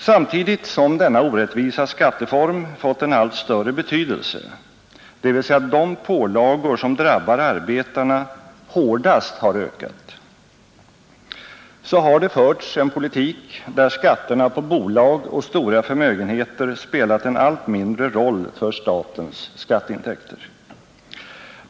Samtidigt som denna orättvisa skatteform fått en allt större betydelse — dvs. samtidigt som de pålagor som drabbar arbetarna hårdast har ökat — har det förts en politik där skatterna på bolag och stora förmögenheter spelat en allt mindre roll för statens skatteintäkter.